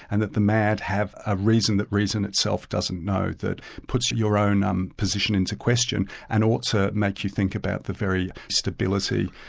and that the mad have a reason that reason itself doesn't know, that puts your own um position into question, and ought to make you think about the very stability,